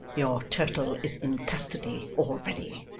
your turtle is in custody already.